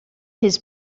his